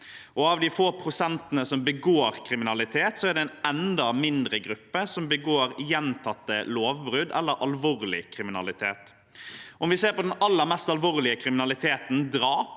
av de få prosentene som begår kriminalitet, er det en enda mindre gruppe som begår gjentatte lovbrudd eller alvorlig kriminalitet. Om vi ser på den aller mest alvorlige kriminaliteten, drap,